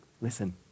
Listen